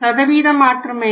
சதவீத மாற்றம் என்ன